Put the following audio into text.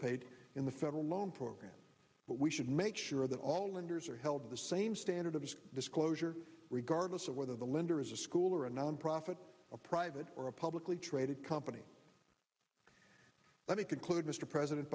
paid in the federal loan program but we should make sure that all and yours are held to the same standard of disclosure regardless of whether the lender is a school or a nonprofit a private or a publicly traded company let me conclude mr president